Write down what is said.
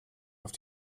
auf